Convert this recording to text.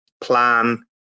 plan